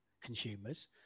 consumers